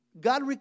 God